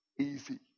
easy